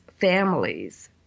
families